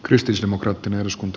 arvoisa puhemies